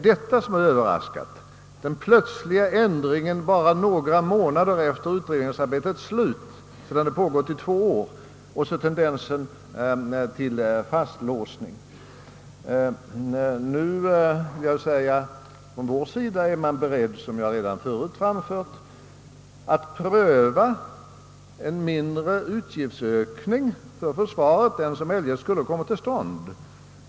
Denna plötsliga förändring inträder bara några månader efter utredningsarbetets slut — sedan detta pågått i ett par år. Från vår sida är man, som jag redan förut framfört, beredd att pröva en mindre utgiftsökning för försvaret än som eljest skulle ha kommit till stånd.